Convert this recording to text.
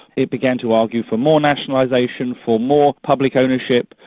it began to argue for more nationalisation, for more public ownership,